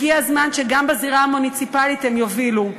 הגיע הזמן שגם בזירה המוניציפלית הן יובילו.